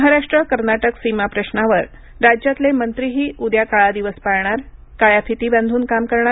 महाराष्ट्र कर्नाटक सीमा प्रश्नावर राज्यातले मंत्रीही उद्या काळा दिवस पाळणार काळ्या फिती बांधून काम करणार